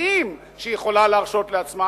שינויים שהיא יכולה להרשות לעצמה,